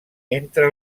entre